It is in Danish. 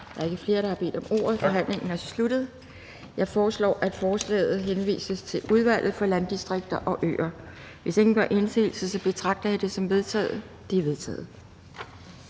Der er ikke flere, der har bedt om ordet. Forhandlingen er sluttet. Jeg foreslår, at forslaget til folketingsbeslutning henvises til Udvalget for Landdistrikter og Øer. Hvis ingen gør indsigelse, betragter jeg det som vedtaget. Det er vedtaget.